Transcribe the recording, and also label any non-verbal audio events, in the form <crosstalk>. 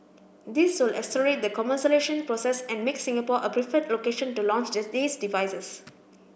this will accelerate the commercialisation process and make Singapore a preferred location to launch <unintelligible> these devices